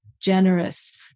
generous